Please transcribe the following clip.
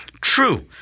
true